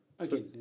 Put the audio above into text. Okay